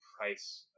Price